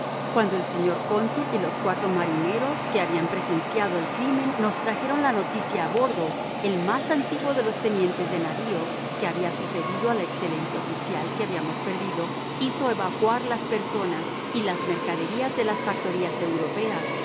cuando el señor cónsul y los cuatro marineros que habían presenciado el crimen nos trajeron la noticia a bordo el más antiguo de los tenientes de navío que había sucedido al excelente oficial que habíamos perdido hizo evacuar las personas y las mercaderías de las factorías europeas